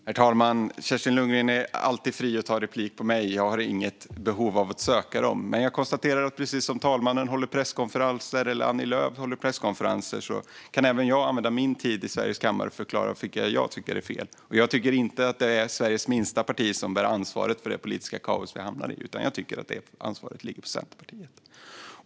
Herr talman! Kerstin Lundgren är alltid fri att ta repliker på mig. Jag har inget behov av att söka dem. Jag konstaterar dock att precis som talmannen eller Annie Lööf håller presskonferenser kan även jag använda min tid i Sveriges riksdags kammare till att förklara vad jag tycker är fel, och jag tycker inte att det är Sveriges minsta parti som bär ansvar för det politiska kaos vi hamnat i. Jag tycker att det ansvaret ligger på Centerpartiet.